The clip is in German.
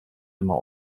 immer